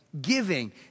Giving